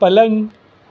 પલંગ